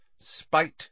Spite